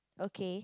okay